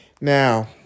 Now